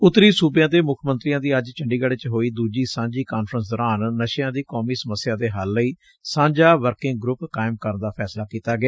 ਉਂਤਰੀ ਸੁਬਿਆਂ ਦੇ ਮੁੱਖ ਮੰਤਰੀਆਂ ਦੀ ਅੱਜ ਚੰਡੀਗੜ੍ ਚ ਹੋਈ ਦੂਜੀ ਸਾਂਝੀ ਕਾਨਫਰੰਸ ਦੌਰਾਨ ਨਸ਼ਿਆਂ ਦੀ ਕੌਮੀ ਸਮੱਸਿਆ ਦੇ ਹੱਲ ਲਈ ਸਾਂਝਾ ਵਰਕਿੰਗ ਗਰੁੱਪ ਕਾਇਮ ਕਰਨ ਦਾ ਫੈਸਲਾ ਕੀਤਾ ਗਿਆ